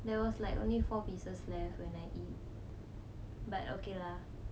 there was like only four pieces left when I eat but okay lah